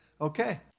Okay